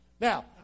Now